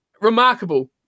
remarkable